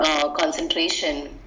concentration